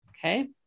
Okay